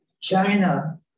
China